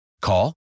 Call